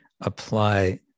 apply